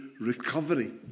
Recovery